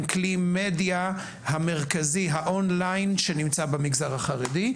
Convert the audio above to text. הן כלי מדיה המרכזי, האון ליין שנמצא במגזר החרדי.